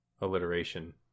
alliteration